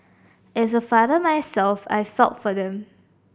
as a father myself I felt for them